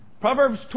Proverbs